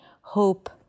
hope